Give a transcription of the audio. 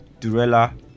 Durella